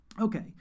Okay